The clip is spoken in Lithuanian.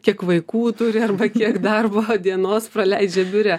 kiek vaikų turi arba kiek darbo dienos praleidžia biure